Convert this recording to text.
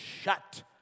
shut